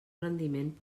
rendiment